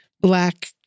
black